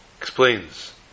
explains